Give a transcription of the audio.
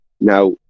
Now